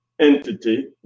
entity